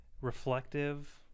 reflective